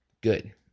Good